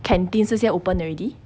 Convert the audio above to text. canteen 这些 open already